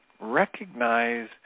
recognize